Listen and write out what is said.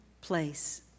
place